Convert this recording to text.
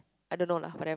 I don't know lah whatever